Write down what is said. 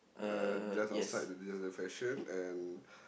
uh just outside the the fashion and